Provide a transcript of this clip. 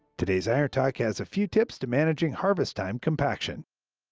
today's iron talk has a few tips to managing harvest time compaction.